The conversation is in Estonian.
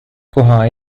koha